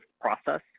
process